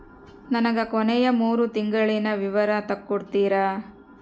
ನನಗ ಕೊನೆಯ ಮೂರು ತಿಂಗಳಿನ ವಿವರ ತಕ್ಕೊಡ್ತೇರಾ?